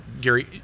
Gary